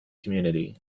community